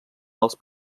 els